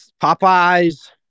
Popeyes